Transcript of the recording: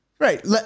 Right